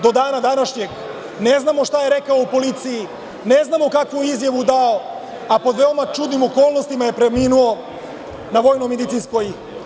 Do dana današnjeg ne znamo šta je rekao u policiji, ne znamo kakvu je izjavu dao, a pod veoma čudnim okolnostima je preminuo na VMA.